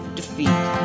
defeat